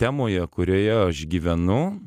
temoje kurioje aš gyvenu